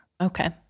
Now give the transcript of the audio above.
Okay